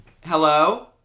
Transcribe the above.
Hello